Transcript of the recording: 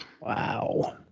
Wow